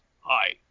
Hi